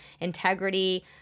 integrity